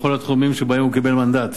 בכל התחומים שבהם הוא קיבל מנדט.